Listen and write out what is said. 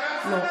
לוועדה המסדרת.